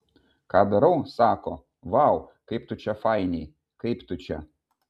ką darau sako vau kaip tu čia fainiai kaip tu čia